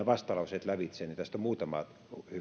vastalauseet lävitse on hyvä muutama